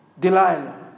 Delilah